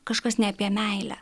kažkas ne apie meilę